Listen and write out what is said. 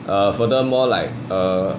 err furthermore like err